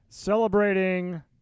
celebrating